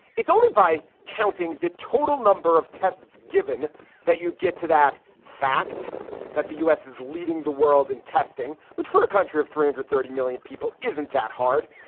it's only by counting the total number of tests given that you get to that fact that the u s. is leading the world in testing which for a country of three hundred and thirty million people. isn't that hard?